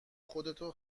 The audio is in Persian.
خودتو